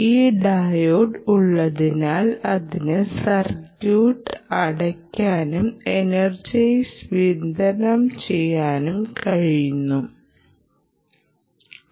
ഈ ഡയോഡ് ഉള്ളതിനാൽ അതിന് സർക്യൂട്ട് അടയ്ക്കാനും എനർജി വിതരണം ചെയ്യാനും കഴിഞ്ഞു